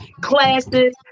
classes